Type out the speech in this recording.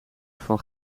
van